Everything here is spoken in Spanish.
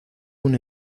una